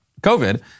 COVID